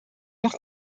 noch